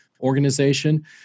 organization